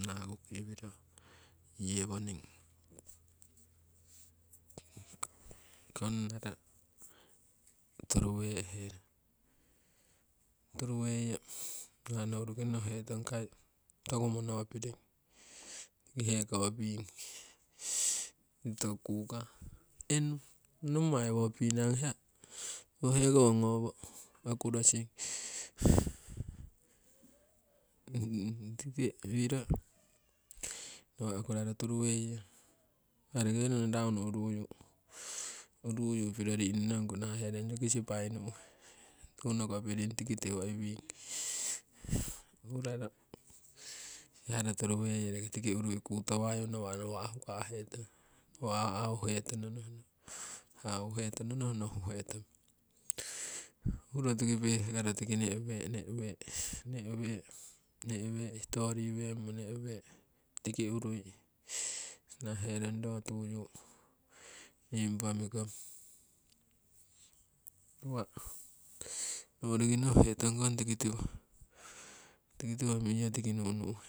Nakuki iwiro yewoning konnaro turuwe'he rong turuweiyo, nawa' nouruki noh hetong kai toku monopiring tiki hekowo ping toku kukah nawa' tikite iwiro nawa' okuraro turuweiyo nawa' roki hoyori nong raunu uruyu, uruyu piro rinonongku naha herong roki sipai nu'he toku nokopiring tikitiwo iwing. okuraro siharo turuweiyo roki tiki urui kutawayu nawa', nawa' huka'he tong nawa' hauhetono nohno hauhetono nohno huhetong. Huroo tiki pehkaro tiki ne'wee, ne'wee storiwemmo ne'wee tiki urui nahaherong roo tuyu nii impa mikong nawa' noworiki noh hetong kong tiki tiwo tiki tiwo miyo tiki nu'nuhe.